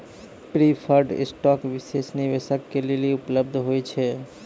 preferred stock विशेष निवेशक के लेली उपलब्ध होय छै